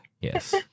yes